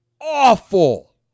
awful